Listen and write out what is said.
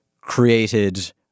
created